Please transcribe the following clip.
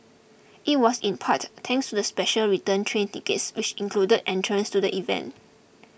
it was in part thanks to the special return train tickets which included entrance to the event